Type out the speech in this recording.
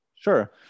Sure